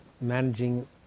managing